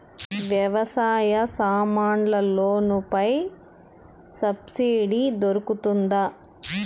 వ్యవసాయ సామాన్లలో పై సబ్సిడి దొరుకుతుందా?